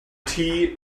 tea